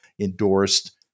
endorsed